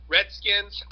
Redskins